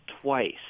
twice